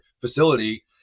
facility